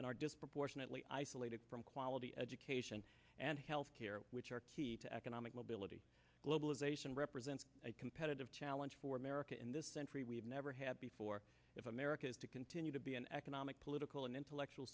and are disproportionately isolated from quality education and health care which are key to economic mobility globalization represents a competitive challenge for america in this century we have never had before if america is to continue to be an economic political and intellectual